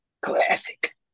Classic